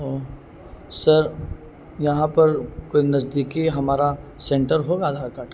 او sir یہاں پر کوئی نزدیکی ہمارا سینٹر ہوگا آدھار کارڈ